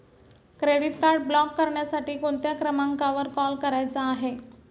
Credit card block करण्यासाठी कोणत्या क्रमांकावर कॉल करायचा आहे?